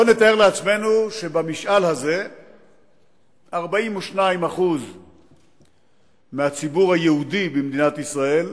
בוא נתאר לעצמנו שבמשאל הזה 42% מהציבור היהודי במדינת ישראל